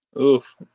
Oof